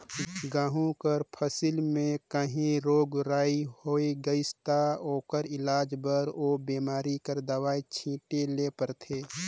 गहूँ कर फसिल में काहीं रोग राई होए गइस ता ओकर इलाज बर ओ बेमारी कर दवई छींचे ले परथे